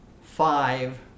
five